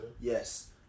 Yes